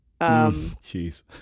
Jeez